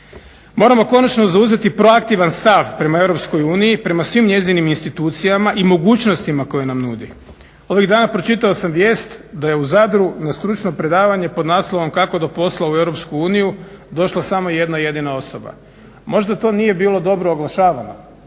Moramo konačno zauzeti proaktivan stav prema Europskoj uniji, prema svim njezinim institucijama i mogućnostima koje nam nudi. Ovih dana pročitao sam vijest da je u Zadru na stručno predavanje pod naslovom "Kako do posla u EU?" došla samo jedna jedina osoba. Možda to nije bilo dobro oglašavano,